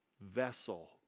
vessel